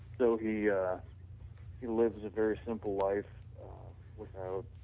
though he yeah he lives a very simple life without